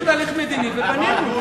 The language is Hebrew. עשינו תהליך מדיני ובנינו.